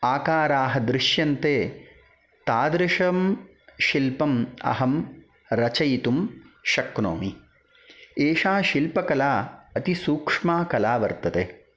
आकाराः दृश्यन्ते तादृशं शिल्पम् अहं रचयितुं शक्नोमि एषा शिल्पकला अति सूक्ष्मा कला वर्तते